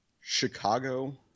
Chicago